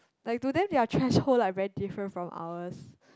like to them their threshold like very different from ours